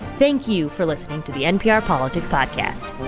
thank you for listening to the npr politics podcast